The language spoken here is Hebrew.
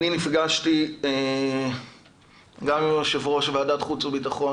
אני נפגשתי גם עם יושב ראש ועדת חוץ וביטחון